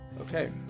okay